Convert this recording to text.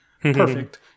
Perfect